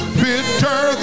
bitter